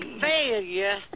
failure